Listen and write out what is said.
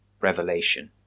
revelation